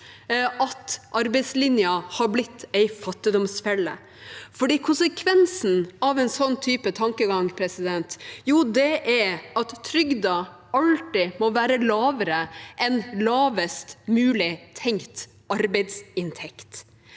at arbeidslinja har blitt en fattigdomsfelle. For konsekvensen av en slik tankegang er at trygden alltid må være lavere enn lavest mulig tenkt arbeidsinntekt.